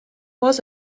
was